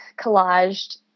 collaged